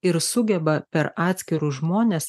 ir sugeba per atskirus žmones